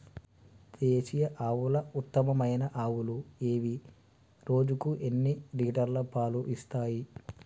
దేశీయ ఆవుల ఉత్తమమైన ఆవులు ఏవి? రోజుకు ఎన్ని లీటర్ల పాలు ఇస్తాయి?